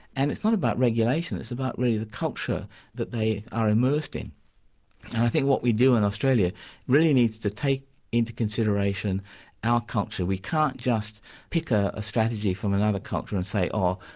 and it's not about regulation, it's about really culture that they are immersed in. and i think what we do in australia really needs to take into consideration our culture. we can't just pick a strategy from another culture and say oh,